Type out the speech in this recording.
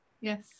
yes